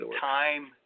time